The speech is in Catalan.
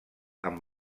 amb